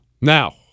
Now